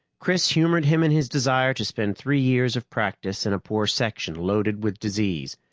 chris humored him in his desire to spend three years of practice in a poor section loaded with disease,